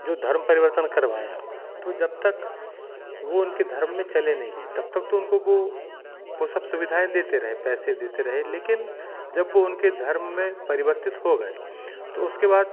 जो धर्म परिवर्तन करवाया तो जब तक वो उनके धर्म में चले नहीं गए तब तक तो उनको वो वो सब सुविधाएं देते रहे पैसे देते रहे लेकिन जब वो उनके धर्म में परिवर्तित हो गए तो उसके बाद